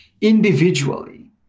individually